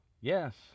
Yes